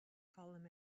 column